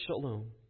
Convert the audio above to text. shalom